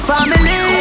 Family